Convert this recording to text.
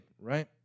Right